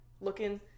looking